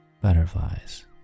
butterflies